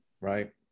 right